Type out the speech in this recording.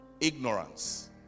Ignorance